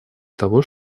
того